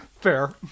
Fair